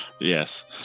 Yes